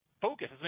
focus